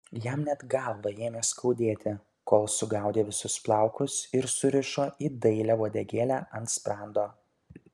jam net galvą ėmė skaudėti kol sugaudė visus plaukus ir surišo į dailią uodegėlę ant sprando